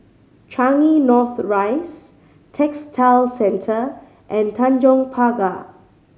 Changi North Rise Textile Centre and Tanjong Pagar